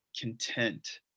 content